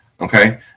okay